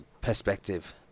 Perspective